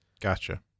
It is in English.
Gotcha